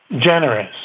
generous